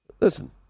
listen